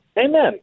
amen